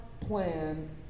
plan